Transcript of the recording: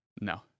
No